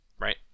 right